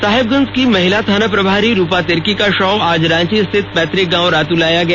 साहिबगंज की महिला थाना प्रभारी रूपा तिर्की का शव आज रांची स्थित पैतृक गांव रातू लाया गया